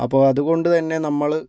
അപ്പോൾ അതുകൊണ്ടുതന്നെ നമ്മൾ